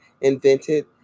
invented